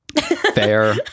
Fair